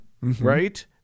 Right